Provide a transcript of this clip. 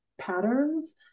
patterns